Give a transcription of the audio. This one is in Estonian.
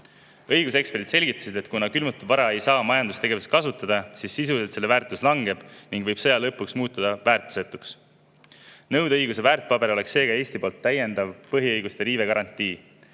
Õiguseksperdid selgitasid, et kuna külmutatud vara ei saa majandustegevuses kasutada, siis sisuliselt selle väärtus langeb ning sõja lõpuks võib see muutuda väärtusetuks. Nõudeõiguse väärtpaber oleks seega Eesti poolt täiendav põhiõiguste riive